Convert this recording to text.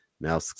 now